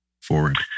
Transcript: forward